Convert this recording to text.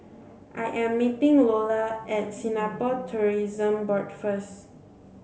I am meeting Lola at Singapore Tourism Board first